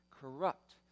corrupt